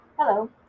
Hello